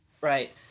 Right